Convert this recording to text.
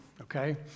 okay